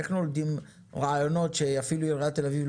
איך נולדים רעיונות שיפים לעיריית תל אביב,